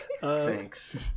Thanks